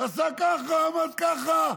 עשה ככה, עמד ככה,